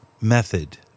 method